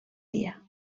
dia